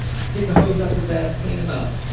stick a hose up his ass, cleaned them out.